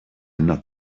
not